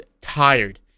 tired